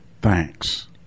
Thanks